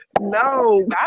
No